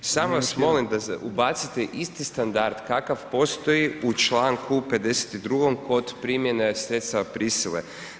Samo vas molim da ubacite isti standard kakav postoji u čl. 52. kod primjene sredstava prisile.